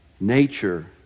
nature